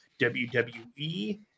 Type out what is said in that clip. WWE